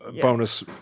bonus